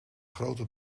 grote